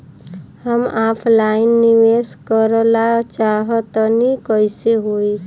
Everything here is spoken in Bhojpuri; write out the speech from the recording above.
हम ऑफलाइन निवेस करलऽ चाह तनि कइसे होई?